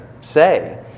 say